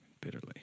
bitterly